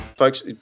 Folks